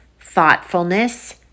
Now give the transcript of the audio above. thoughtfulness